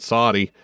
Saudi